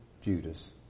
Judas